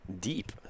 deep